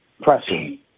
pressing